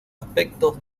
aspectos